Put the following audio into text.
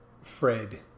Fred